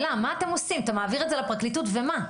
אתה מעביר את זה לפרקליטות ומה?